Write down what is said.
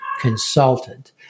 consultant